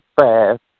fast